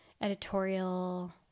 editorial